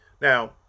Now